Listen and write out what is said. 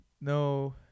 No